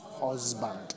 husband